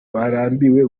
barambiwe